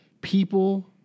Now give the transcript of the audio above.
people